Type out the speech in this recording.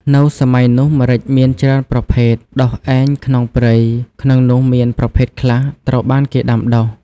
នៅសម័យនោះម្រេចមានច្រើនប្រភេទ ដុះឯងក្នុងព្រៃ ក្នុងនោះមានប្រភេទខ្លះត្រូវបានគេដាំដុះ។